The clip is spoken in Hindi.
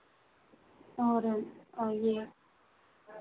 और और ये